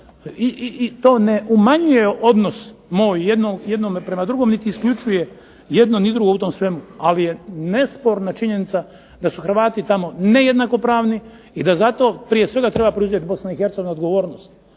i to ne umanjuje odnos moj jednog prema drugom niti isključuje jedno ni drugo u tom svemu. Ali je nesporna činjenica da su HRvati tako nejednakopravni i da zato prije svega treba preuzeti Bosna